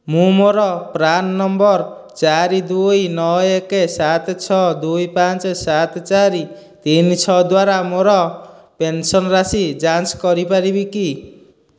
ମୁଁ ମୋର PRAN number ଚାରି ଦୁଇ ନ ଏକ ସାତ ଛଅ ଦୁଇ ପାଞ୍ଚ ସାତ ଚାରି ତିନି ଛଅ ଦ୍ଵାରା ମୋର ପେନ୍ସନ୍ ରାଶି ଯାଞ୍ଚ କରିପାରିବି କି